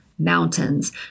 mountains